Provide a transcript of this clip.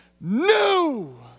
new